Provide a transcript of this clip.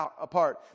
apart